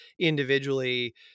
individually